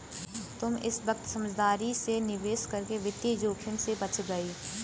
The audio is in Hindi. तुम इस वक्त समझदारी से निवेश करके वित्तीय जोखिम से बच गए